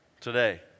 today